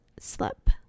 slip